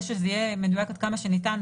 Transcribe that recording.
כדי שהכול יהיה ברור ואפשר יהיה לעשות ניתוחים.